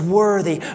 worthy